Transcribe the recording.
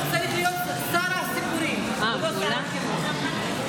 הוא צריך להיות שר הסיפורים, לא שר החינוך.